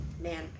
man